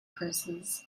purses